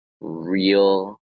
real